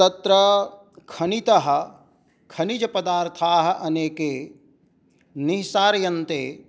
तत्र खनितः खनिजपदार्थाः अनेके निःसार्यन्ते